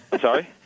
sorry